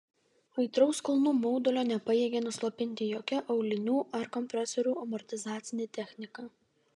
aitraus kulnų maudulio nepajėgė nuslopinti jokia aulinių ar kompresorių amortizacinė technika